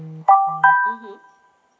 mmhmm